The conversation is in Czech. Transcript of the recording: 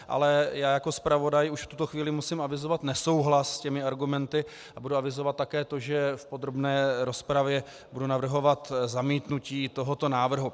Ale já jako zpravodaj už v tuto chvíli musím avizovat nesouhlas s těmi argumenty a budu avizovat také to, že v podrobné rozpravě budu navrhovat zamítnutí tohoto návrhu.